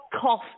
cough